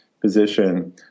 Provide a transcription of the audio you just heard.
position